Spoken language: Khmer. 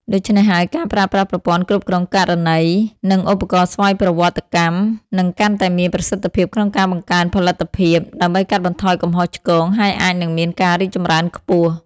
ដូច្នេះហើយ ការប្រើប្រាស់ប្រព័ន្ធគ្រប់គ្រងករណី និងឧបករណ៍ស្វ័យប្រវត្តិកម្ម នឹងកាន់តែមានប្រសិទ្ធភាពក្នុងការបង្កើនផលិតភាព ដើម្បីកាត់បន្ថយកំហុសឆ្គង ហើយអាចនិងមានការរីកចម្រើនខ្ពស់។